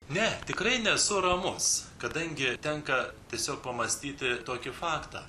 ne tikrai nesu ramus kadangi tenka tiesiog pamąstyti tokį faktą